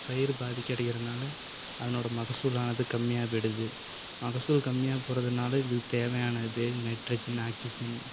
பயிர் பாதிப்படைகிறதுனால் அதனோட மகசூல் ஆனது கம்மியாக போய்டுது மகசூல் கம்மியாக போகிறதுனால இது தேவையானது நைட்ரஜன் ஆக்சிஜன்